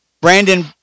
Brandon